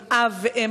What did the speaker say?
עם אב ואם,